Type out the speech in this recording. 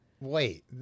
Wait